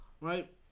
right